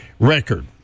record